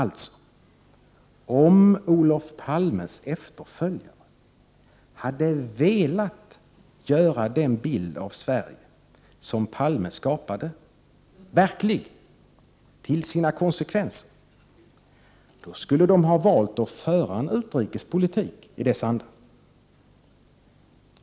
Om Olof Palmes efterföljare velat göra den bild av Sverige som Palme skapade verklig till sina konsekvenser, skulle de valt att föra en utrikespolitik i dess anda.